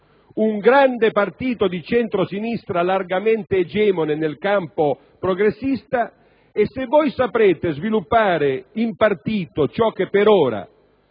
un grande partito di centrosinistra largamente egemone nel campo progressista e, se voi saprete sviluppare in partito ciò che per ora